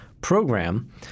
program